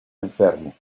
enfermo